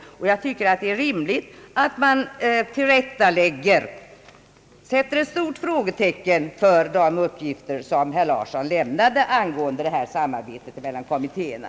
Det är rimligt att man tillrättalägger eller i vart fall sätter ett stort frågetecken för de uppgifter som herr Larsson lämnade om samarbetet mellan kommittéerna.